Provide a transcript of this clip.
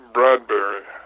Bradbury